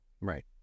Right